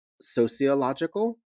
sociological